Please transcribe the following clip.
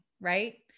right